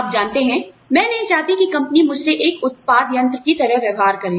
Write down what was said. आप जानते हैं मैं नहीं चाहती कि कंपनी मुझसे एक उत्पाद यंत्र की तरह व्यवहार करें